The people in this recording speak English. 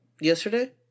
yesterday